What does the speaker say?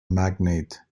magnate